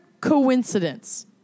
coincidence